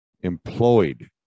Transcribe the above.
employed